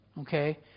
Okay